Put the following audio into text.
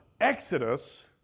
Exodus